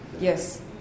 Yes